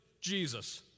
Jesus